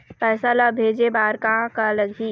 पैसा ला भेजे बार का का लगही?